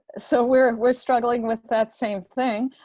so we're we're struggling with that same thing.